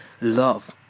Love